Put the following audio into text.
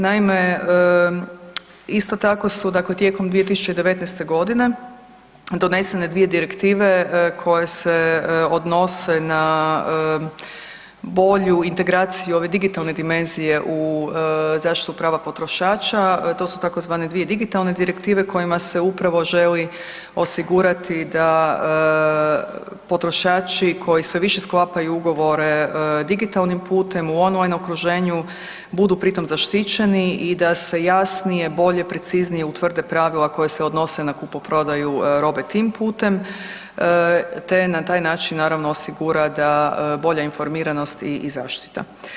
Naime, isto tako su dakle tijekom 2019.-te godine donesene dvije direktive koje se odnose na bolju integraciju ove digitalne dimenzije u zaštitu prava potrošača, to su tzv. dvije digitalne direktive kojima se upravo želi osigurati da potrošači koji sve više sklapaju ugovore digitalnim putem u online okruženju budu pri tom zaštićeni i da se jasnije, bolje, preciznije utvrde pravila koja se odnose na kupoprodaju robe tim putem te na taj način naravno osigura da bolja informiranost i zaštita.